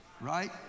right